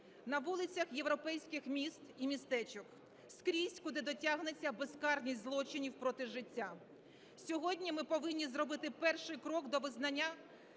на вулицях європейських міст і містечок – скрізь, куди дотягнеться безкарність злочинів проти життя. Сьогодні ми повинні зробити перший крок до визнання